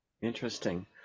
Interesting